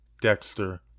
Dexter